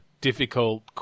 difficult